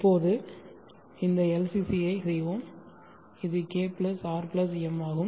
இப்போது இந்த LCC ஐ செய்வோம் இது K R M ஆகும்